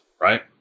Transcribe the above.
right